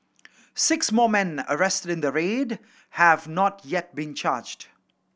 six more men arrested in the raid have not yet been charged